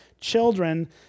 children